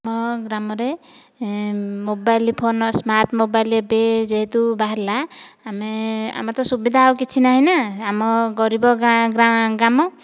ମୋ ଗ୍ରାମରେ mobile phone smart mobile ଏବେ ଯେହେତୁ ବାହାରିଲା ଆମେ ଆମେ ତ ସୁବିଧା ଆଉ କିଛି ନାହିଁ ନା ଆମ ଗରିବ ଗାଁ ଗାଁ ଗ୍ରାମ